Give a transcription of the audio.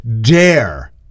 dare –